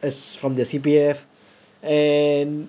as from their C_P_F and